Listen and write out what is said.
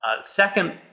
Second